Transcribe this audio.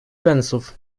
pensów